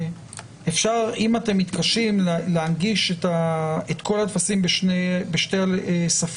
להיות שאם אתם מתקשים להנגיש את כל הטפסים בשתי השפות,